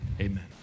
Amen